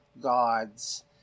gods